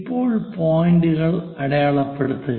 ഇപ്പോൾ പോയിന്റുകൾ അടയാളപ്പെടുത്തുക